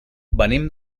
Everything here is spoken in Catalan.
venim